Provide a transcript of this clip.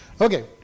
Okay